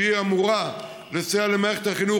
שאמורה לסייע למערכת החינוך,